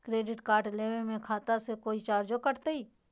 Credit card लेवे में खाता से कोई चार्जो कटतई?